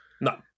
No